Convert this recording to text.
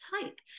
type